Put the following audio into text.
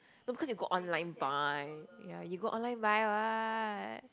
no because you go online buy ya you go online buy right